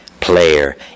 Player